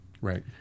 Right